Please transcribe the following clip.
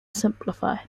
simplified